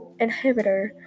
inhibitor